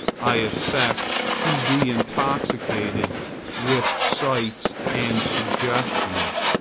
i affect to be intoxicated with sights and suggestions,